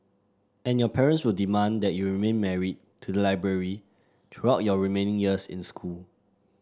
and your parents will demand that you remain married to the library throughout your remaining years in school